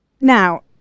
Now